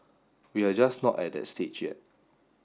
we are just not at that stage yet